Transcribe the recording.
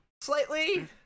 slightly